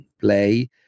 play